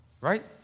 Right